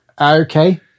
Okay